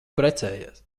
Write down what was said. precējies